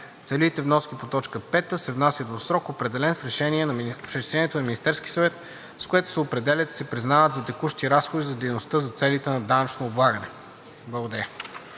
Целевите вноски по т. 5 се внасят в срок, определен в решението на Министерския съвет, с което се определят и се признават за текущи разходи за дейността за целите на данъчното облагане.“